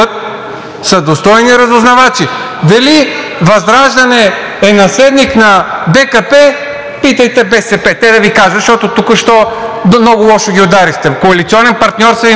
са достойни разузнавачи. Дали ВЪЗРАЖДАНЕ е наследник на БКП, питайте БСП, те да Ви кажат, защото току-що много лошо ги ударихте. Коалиционен партньор са Ви, между другото.